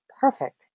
perfect